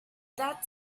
that